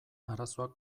arazoa